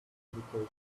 education